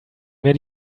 wir